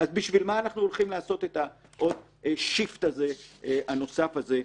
אז בשביל מה אנחנו הולכים לעשות את השיפט הנוסף הזה,